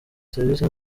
serivisi